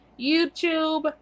YouTube